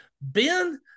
Ben